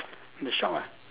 in the shop ah